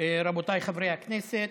רבותיי חברי הכנסת,